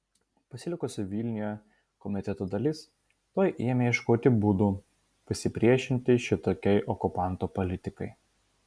pasilikusi vilniuje komiteto dalis tuoj ėmė ieškoti būdų pasipriešinti šitokiai okupantų politikai